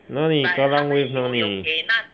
哪里 Kallang Wave 哪里